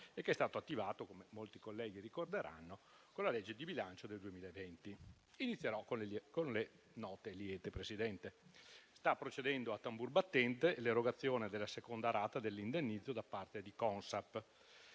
e che è stato attivato - come molti colleghi ricorderanno - con la legge di bilancio del 2020. Inizierò con le note liete, Presidente. Sta procedendo a tambur battente l'erogazione della seconda rata dell'indennizzo da parte di Consap.